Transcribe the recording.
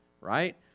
right